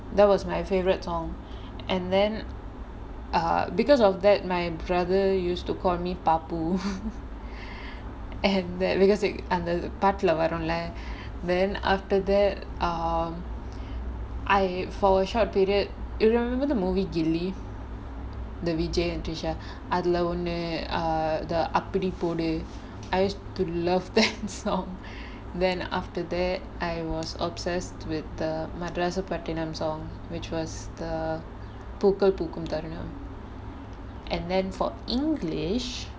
that was my favourite song and then err because of that my brother used to call me papu and that because it அந்த பாட்டுல வருல:antha paattula varula then after that um I for a short period you remember the movie கில்லி:killi the vijay and trisha அதுல ஒன்னு அப்படி போடு:athula onnu appadi podu I used to love that song then after that I was obsessed with the மதராச பட்டினம்:madharaasa pattinam song which was the பூக்கள் பூக்கும் தருணம்:pookal pookum tharunam and then for english